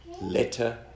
letter